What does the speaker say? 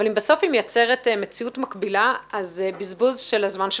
אבל אם בסוף היא מייצרת מציאות מקבילה זה בזבוז זמננו כולנו.